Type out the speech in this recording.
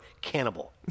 Cannibal